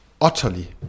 utterly